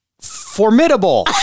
formidable